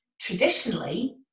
traditionally